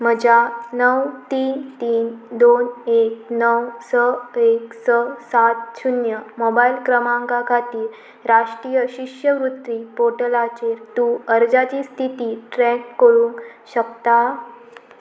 म्हज्या णव तीन तीन दोन एक णव स एक स सात शुन्य मोबायल क्रमांका खातीर राष्ट्रीय शिश्यवृत्ती पोर्टलाचेर तूं अर्जाची स्थिती ट्रॅक करूंक शकता